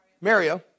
Mario